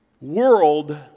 world